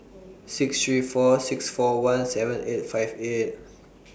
six three four six four one seven eight five eight